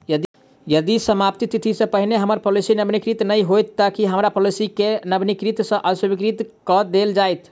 यदि समाप्ति तिथि सँ पहिने हम्मर पॉलिसी नवीनीकृत नहि होइत तऽ की हम्मर पॉलिसी केँ नवीनीकृत सँ अस्वीकृत कऽ देल जाइत?